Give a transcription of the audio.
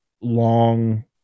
long